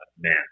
man